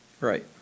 Right